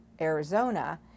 Arizona